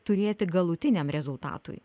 turėti galutiniam rezultatui